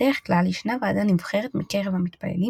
בדרך כלל ישנה ועדה נבחרת מקרב המתפללים,